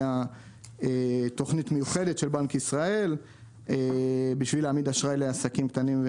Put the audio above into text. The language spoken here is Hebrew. הייתה תכנית מיוחדת של בנק ישראל בשביל להעמיד אשראי לעסקים קטנים,